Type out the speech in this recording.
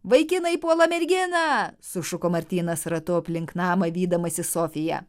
vaikinai puola merginą sušuko martynas ratu aplink namą vydamasis sofiją